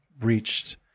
reached